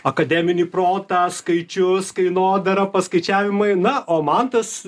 akademinį protą skaičius kainodarą paskaičiavimai na o mantas